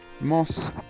Moss